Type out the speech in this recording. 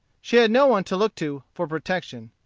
she had no one to look to for protection.